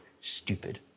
stupid